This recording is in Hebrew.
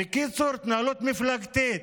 בקיצור, התנהלות מפלגתית.